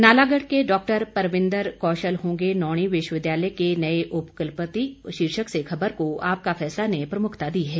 नालागढ़ के डॉक्टर परमिंदर कौशल होंगे नौणी विश्वविद्यालय के नए उपकुलपति शीर्षक से खबर को आपका फैसला ने प्रमुखता दी है